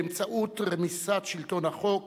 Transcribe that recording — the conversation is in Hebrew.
באמצעות רמיסת שלטון החוק,